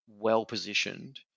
well-positioned